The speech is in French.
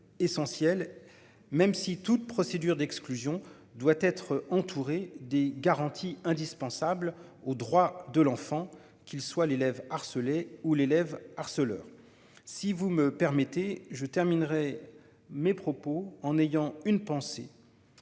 Essentiel même si toute procédure d'exclusion doit être entouré des garanties indispensables aux droits de l'enfant qu'il soit l'élève harcelé ou l'élève harceleur. Si vous me permettez je terminerai mes propos en ayant une pensée.